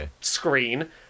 screen